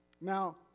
now